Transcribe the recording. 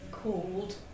called